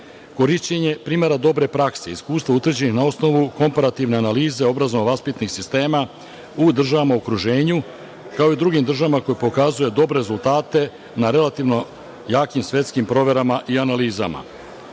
Srbiji. Korišćenja primera dobre prakse, iskustva utvrđena na osnovu komparativne analize obrazovno-vaspitnih sistema u državama u okruženju, kao i u drugim državama koje pokazuju dobre rezultate na relativno jakim svetskim proverama i analizama.